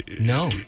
No